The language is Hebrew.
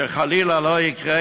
שחלילה לא יקרה,